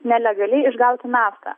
nelegaliai išgauti naftą